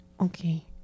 Okay